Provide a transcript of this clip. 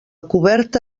coberta